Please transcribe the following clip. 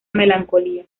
melancolía